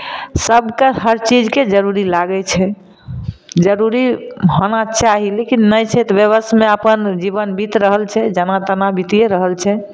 सबके हर चीजके जरूरी लागैत छै जरूरी होना चाही लेकिन नहि छै तऽ बिबशमे अपन जीबन बीत रहल छै जेना तेना बीतिए रहल छै